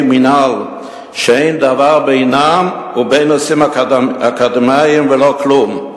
מינהל שאין דבר בינה ובין נושאים אקדמיים ולא כלום.